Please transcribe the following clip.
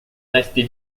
rester